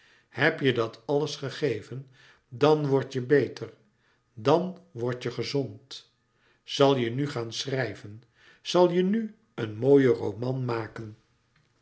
heb je dat alles gegeven dan wordt je beter dan wordt je gezond zal je nu gaan schrijven zal je nu een mooien roman maken